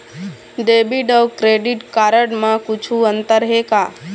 Debit अऊ credit card म कुछू अंतर हे का?